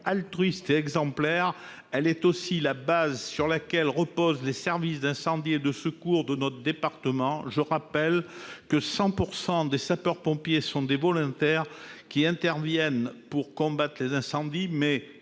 altruiste et exemplaire, il est aussi la base sur laquelle reposent les services d'incendie et de secours de nos départements. Je rappelle que, en milieu rural, 100 % des sapeurs-pompiers sont des volontaires qui interviennent, certes pour combattre les incendies, mais